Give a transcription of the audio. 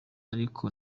ariko